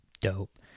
dope